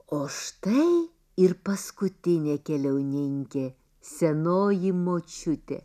o štai ir paskutinė keliauninkė senoji močiutė